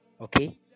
Okay